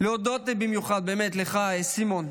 להודות במיוחד, באמת לך, סימון.